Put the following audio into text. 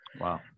Wow